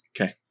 Okay